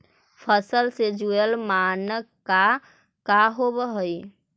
फसल से जुड़ल मानक का का होव हइ?